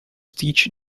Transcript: teach